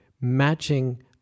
matching